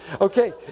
Okay